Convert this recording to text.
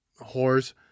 whores